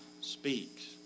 speaks